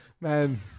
Man